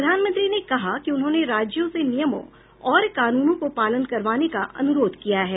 प्रधानमंत्री ने कहा कि उन्होंने राज्यों से नियमों और कानूनों को पालन करवाने का अनुरोध किया है